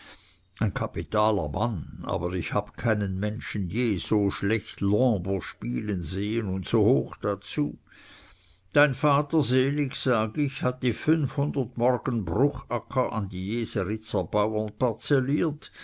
ein kapitaler mann aber ich habe keinen menschen je so schlecht l'hombre spielen sehn und so hoch dazu dein vater selig sag ich hat die fünfhundert morgen bruchacker an die jeseritzer bauern